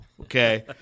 okay